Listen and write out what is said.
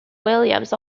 williams